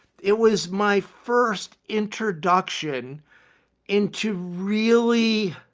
it was my first introduction into really